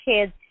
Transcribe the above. kids